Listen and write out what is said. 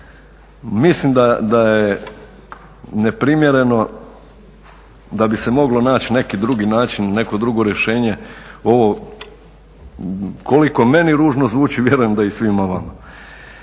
mislim da je neprimjereno da bi se moglo naći neki drugi način, neko drugo rješenje, ovo koliko meni ružno zvuči, vjerujem da i svima vama.